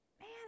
Man